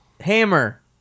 Hammer